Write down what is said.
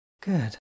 Good